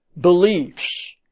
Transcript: beliefs